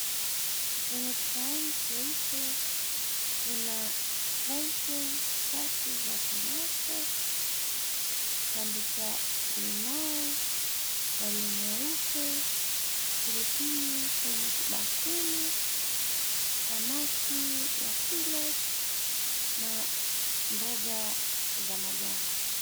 Kwenye kisahani cheupe kuna slices tatu za tomato , kipande cha limau, wali mweupe, pilipili kwenye kibakuli, samaki ya fillets na mboga za majani.